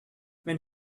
when